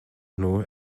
nhw